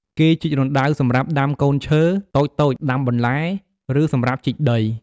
គេជីករណ្តៅសម្រាប់ ដាំកូនឈើ តូចៗ ដាំបន្លែ ឬសម្រាប់ដាក់ជី។